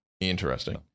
Interesting